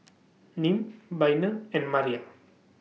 Nim Bynum and Maria